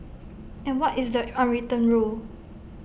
and what is the unwritten rule